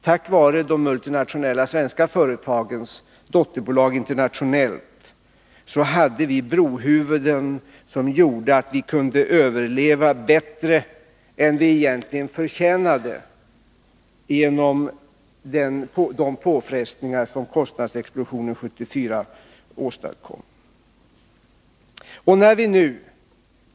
Tack vare de svenska multinationella företagens dotterbolag internationellt hade vi brohuvuden som gjorde att vi bättre än vi egentligen förtjänade kunde överleva de påfrestningar som kostnadsexplosionen 1974 åstadkom.